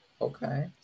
Okay